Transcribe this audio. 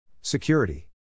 Security